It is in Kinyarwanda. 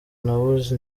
nabuze